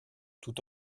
tout